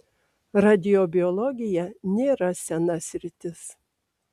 radiobiologija nėra sena sritis